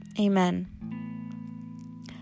Amen